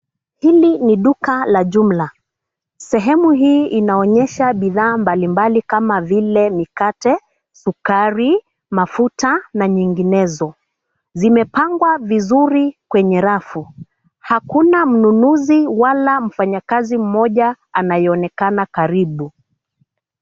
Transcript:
Hili ni duka la jumla. Sehemu hii inaonyesha bidhaa mbali mbali kama vile: mikate, sukari, mafuta na nyinginezo. Zimepangwa vizuri kwenye rafu. Hakuna mnunuzi wala mfanyakazi mmoja anayeonekana karibu.